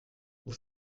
vous